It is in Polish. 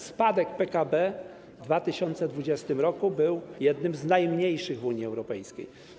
Spadek PKB w 2020 r. był jednym z najmniejszych w Unii Europejskiej.